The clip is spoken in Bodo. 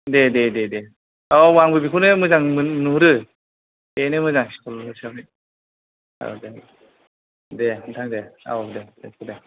दे दे दे दे औ आंबो बेखौनो मोजांमोन नुहरो बेनो मोजां स्कुल हिसाबै औ दे दे नोंथां दे औ दे दे